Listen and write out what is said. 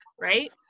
right